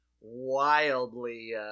wildly